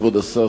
כבוד השר,